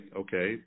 okay